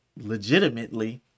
legitimately